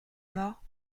mor